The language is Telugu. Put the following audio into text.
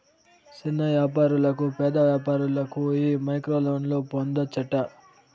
సిన్న యాపారులకు, పేద వ్యాపారులకు ఈ మైక్రోలోన్లు పొందచ్చట